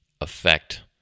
affect